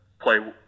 play